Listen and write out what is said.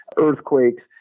earthquakes